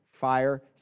fire